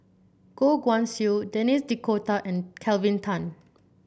Goh Guan Siew Denis D'Cotta and Kelvin Tan